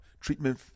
treatment